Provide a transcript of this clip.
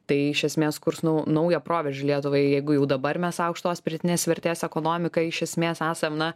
tai iš esmės kurs naują proveržį lietuvai jeigu jau dabar mes aukštos pridėtinės vertės ekonomika iš esmės esam na